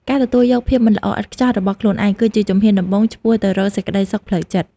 ការទទួលយកភាពមិនល្អឥតខ្ចោះរបស់ខ្លួនឯង គឺជាជំហានដំបូងឆ្ពោះទៅរកសេចក្ដីសុខផ្លូវចិត្ត។